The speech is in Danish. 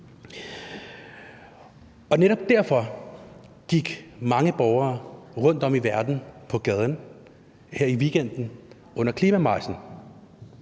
Netop derfor gik mange borgere rundtom i verden på gaden her i weekenden under klimamarchen.